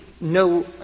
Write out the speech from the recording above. no —